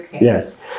yes